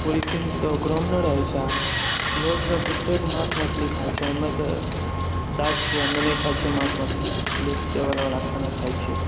protein तऽ ओकरोमे नहि रहैत छै लोकसब झुठेके माँस मछली खाएछै हमे स छिए हम्मे नहि खायछियै माँस मछली वेजिटेबल बला खाना खाइत छिऐ